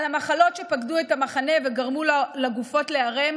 על המחלות שפקדו את המחנה וגרמו לגופות להיערם